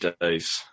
days